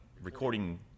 recording